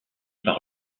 par